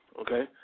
okay